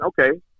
okay